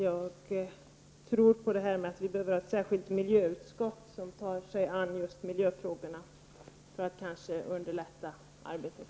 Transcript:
Jag anser att vi behöver ha ett särskilt miljöutskott som tar sig an just miljöfrågorna för att kanske underlätta arbetet.